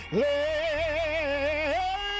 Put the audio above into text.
let